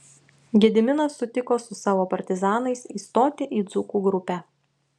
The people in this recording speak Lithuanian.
gediminas sutiko su savo partizanais įstoti į dzūkų grupę